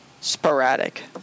sporadic